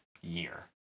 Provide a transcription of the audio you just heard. year